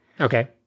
Okay